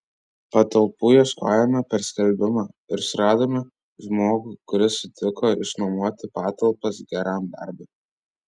patalpų ieškojome per skelbimą ir suradome žmogų kuris sutiko išnuomoti patalpas geram darbui